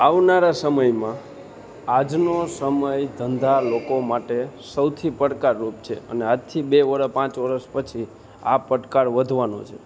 આવનારા સમયમાં આજનો સમય ધંધા લોકો માટે સૌથી પડકારરૂપ છે અને આજથી બે વરસ પાંચ વરસ પછી આ પડકાર વધવાનો છે